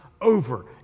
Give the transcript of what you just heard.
over